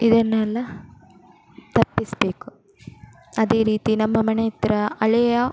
ಇದನ್ನೆಲ್ಲ ತಪ್ಪಿಸಬೇಕು ಅದೇ ರೀತಿ ನಮ್ಮ ಮನೆ ಹತ್ತಿರ ಹಳೆಯ